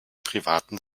privaten